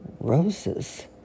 roses